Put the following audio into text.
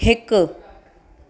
हिकु